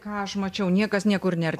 ką aš mačiau niekas niekur nėr